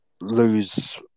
lose